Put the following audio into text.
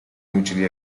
mutually